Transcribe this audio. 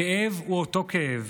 הכאב הוא אותו כאב,